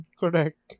correct